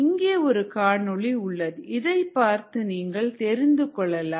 இங்கே ஒரு காணொளி உள்ளது இதை பார்த்து நீங்கள் தெரிந்து கொள்ளலாம்